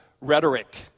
rhetoric